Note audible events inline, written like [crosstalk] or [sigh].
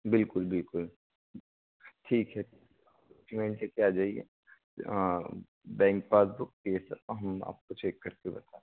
बिल्कुल बिल्कुल ठीक है [unintelligible] पर आ जाइए हाँ बैंक पासबुक चाहिए सर हम आपको चेक कर के बता देंगे